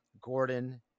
Gordon